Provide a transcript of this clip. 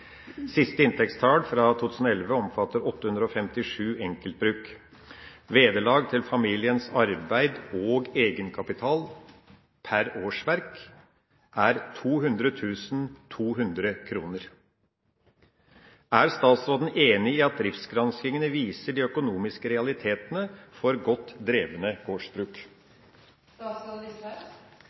Siste regnskapstall, fra 2011, omfatter 857 enkeltbruk. Vederlag til familiens arbeid og egenkapital pr. årsverk er 200 200 kroner. Er statsråden enig i at driftsgranskningene viser de økonomiske realitetene for godt drevne